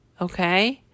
okay